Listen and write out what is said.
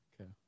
Okay